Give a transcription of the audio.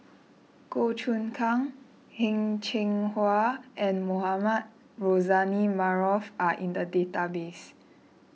Goh Choon Kang Heng Cheng Hwa and Mohamed Rozani Maarof are in the database